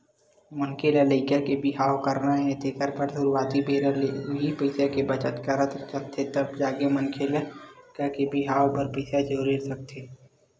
मनखे ल लइका के बिहाव करना हे तेखर बर सुरुवाती बेरा ले ही पइसा बचत करत चलथे तब जाके मनखे लइका के बिहाव बर पइसा जोरे सकथे